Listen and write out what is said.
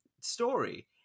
story